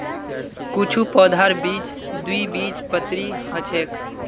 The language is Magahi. कुछू पौधार बीज द्विबीजपत्री ह छेक